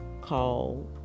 call